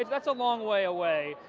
that's a long way away,